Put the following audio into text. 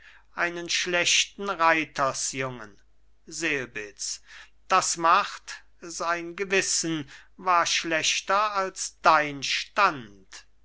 einen schlechten reitersjungen selbitz das macht sein gewissen war schlechter als dein stand